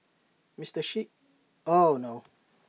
Mister Xi oh no